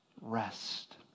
rest